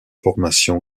formations